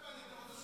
לא הבנתי,